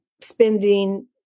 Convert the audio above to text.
spending